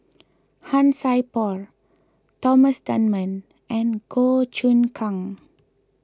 Han Sai Por Thomas Dunman and Goh Choon Kang